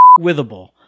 withable